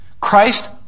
Christ